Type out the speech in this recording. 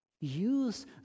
Use